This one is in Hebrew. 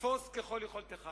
תפוס ככל יכולתך.